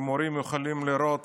ומורים יכולים לראות